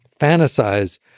fantasize